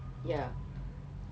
ya